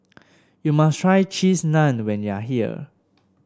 you must try Cheese Naan when you are here